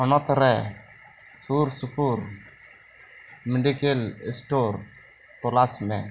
ᱦᱚᱱᱚᱛ ᱨᱮ ᱥᱩᱨ ᱥᱩᱯᱩᱨ ᱢᱮᱰᱤᱠᱮᱞ ᱥᱴᱚᱨ ᱛᱚᱞᱟᱥ ᱢᱮ